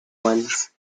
ones